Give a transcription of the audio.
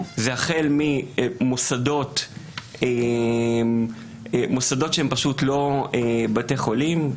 זה החל ממוסדות שהם פשוט לא בתי חולים,